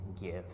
give